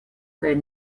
kaj